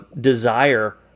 desire